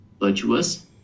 virtuous